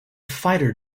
fighter